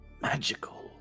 magical